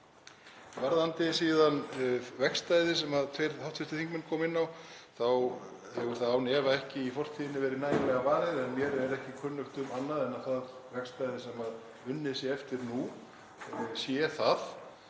Varðandi vegstæðið sem tveir hv. þingmenn komu inn á þá hefur það án efa ekki í fortíðinni verið nægilega varið en mér er ekki kunnugt um annað en að það vegstæði sem unnið sé eftir nú sé það,